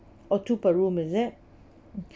oh two per room is it